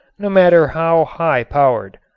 no matter how high powered.